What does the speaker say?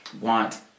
want